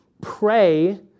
Pray